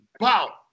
Wow